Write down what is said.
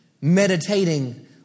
meditating